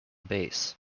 bass